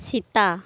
Sita